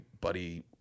buddy